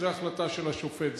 זה החלטה של השופט.